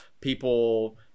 people